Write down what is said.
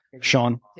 Sean